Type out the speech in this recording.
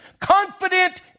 confident